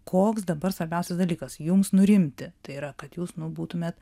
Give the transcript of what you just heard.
koks dabar svarbiausias dalykas jums nurimti tai yra kad jūs nu būtumėt